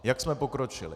Jak jsme pokročili?